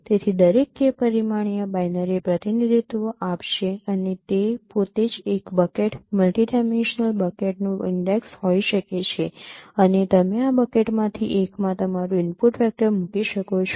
તેથી દરેક k પરિમાણીય બાઇનરી પ્રતિનિધિત્વ આપશે અને તે પોતે જ એક બકેટ મલ્ટિ ડાયમેન્શનલ બકેટનું ઈન્ડેક્ષ હોઈ શકે છે અને તમે આ બકેટમાંથી એકમાં તમારું ઇનપુટ વેક્ટર મૂકી શકો છો